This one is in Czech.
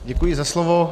Děkuji za slovo.